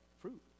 fruit